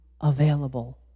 available